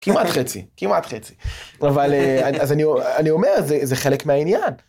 ‫כמעט חצי, כמעט חצי. ‫אז אני אומר, זה חלק מהעניין.